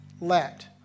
Let